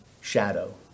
shadow